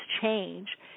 change